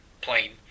plane